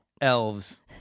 Elves